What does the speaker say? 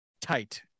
tight